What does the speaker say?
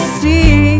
see